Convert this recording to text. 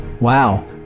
Wow